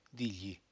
digli